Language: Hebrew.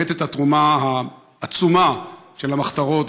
באמת מה התרומה העצומה של המחתרות,